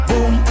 Boom